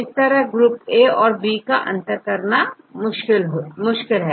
एक तरह group A और बी मैं अंतर करना मुश्किल है